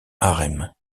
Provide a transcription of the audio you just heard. harem